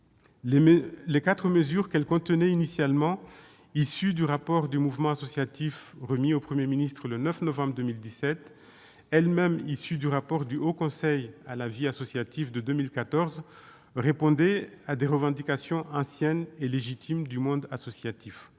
Les quatre mesures qu'elle contenait initialement, issues du rapport du Mouvement associatif remis au Premier ministre le 9 novembre 2017, elles-mêmes issues du rapport du Haut Conseil à la vie associative de 2014, répondaient à des revendications anciennes et légitimes du monde associatif.